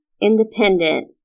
independent